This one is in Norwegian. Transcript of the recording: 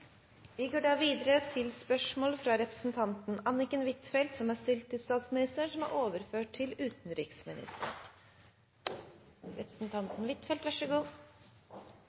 Vi går da tilbake til spørsmål 1. Dette spørsmålet, fra representanten Helga Pedersen til statsministeren, er overført til utenriksministeren.